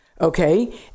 okay